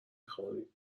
میخوردیم